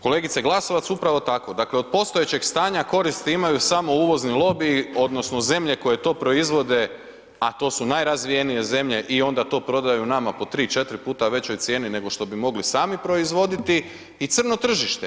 Kolegica Glasovac, upravo tako, dakle, od postojećeg stanja, koristi imaju samo uvozni lobiji, odnosno, zemlje koje to proizvode, a to su najrazvijenije zemlje i onda to prodaju nama po 3, 4 puta većoj cijeni nego što bi mogli sami proizvoditi i crno tržište.